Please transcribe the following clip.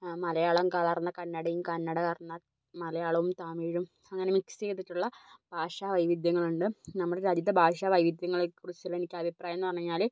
മലയാളം കലർന്ന കന്നഡയും കന്നഡ കലർന്ന മലയാളവും തമിഴും അങ്ങനെ മിക്സ് ചെയ്തിട്ടുള്ള ഭാഷ വൈവിധ്യങ്ങളുണ്ട് നമ്മുടെ രാജ്യത്തെ ഭാഷ വൈവിധ്യങ്ങളേക്കുറിച്ചുള്ള എനിക്ക് അഭിപ്രായം എന്നു പറഞ്ഞു കഴിഞ്ഞാൽ